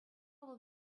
вӑл